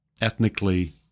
ethnically